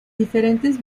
diferentes